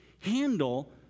handle